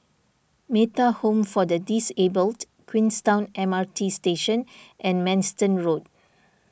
Metta Home for the Disabled Queenstown M R T Station and Manston Road